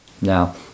Now